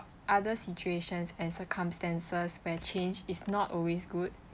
other situations and circumstances where change is not always good